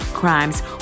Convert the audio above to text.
crimes